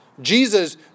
Jesus